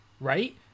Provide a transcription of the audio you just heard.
right